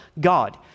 God